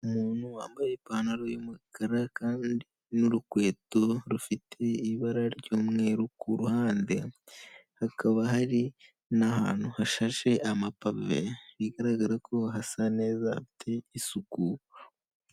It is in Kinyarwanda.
Umuntu wambaye ipantaro y'umukara kandi n'urukweto rufite ibara ry'umweru ku ruhande hakaba hari n'ahantu hashashe amapave bigaragara ko hasa neza hafite isuku.